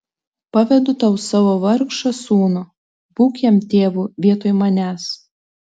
pavedu tau savo vargšą sūnų būk jam tėvu vietoj manęs